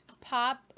pop